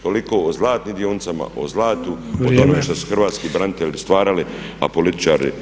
Toliko o zlatnim dionicama, o zlatu, o tome što su Hrvatski branitelji stvarali a političari napravili.